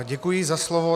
Děkuji za slovo.